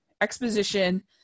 exposition